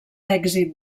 èxit